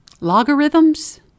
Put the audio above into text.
logarithms